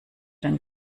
den